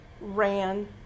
ran